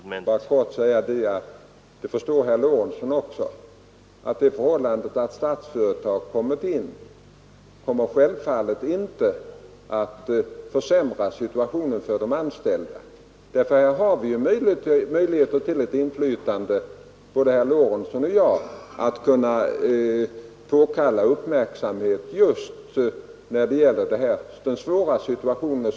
Herr talman! Jag vill bara kort säga att — det förstår herr Lorentzon också — det förhållandet att Statsföretag kommit in i bilden försämrar självfallet inte situationen för de anställda. Här har ju både herr Lorentzon och jag möjligheter att kunna påkalla uppmärksamhet när det gäller sysselsättningsfrågorna.